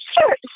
Sure